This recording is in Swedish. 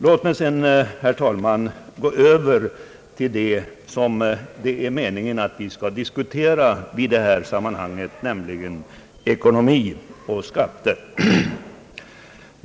Låt mig sedan, herr talman, gå över till det som det är meningen att vi skall diskutera i denna debatt, nämligen ekonomi och skatter.